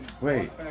Wait